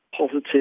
Positive